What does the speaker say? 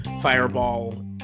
fireball